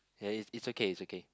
ya it's it's okay is okay